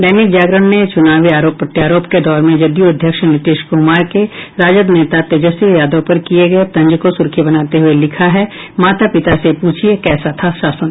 दैनिक जागरण ने चुनावी आरोप प्रत्यारोप के दौर में जदयू अध्यक्ष नीतीश कुमार के राजद नेता तेजस्वी प्रसाद यादव पर किये गये तंज को सुर्खी बनाते हुये लिखा है माता पिता से पूछिये कैसा था शासन